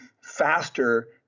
faster